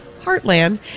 Heartland